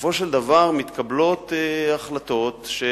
בסופו של דבר, מתקבלות החלטות, זה